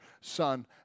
Son